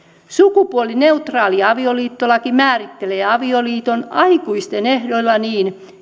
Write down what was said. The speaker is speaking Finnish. sukupuolineutraali avioliittolaki määrittelee avioliiton aikuisten ehdoilla niin